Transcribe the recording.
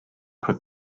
put